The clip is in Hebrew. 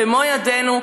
במו ידנו,